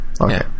okay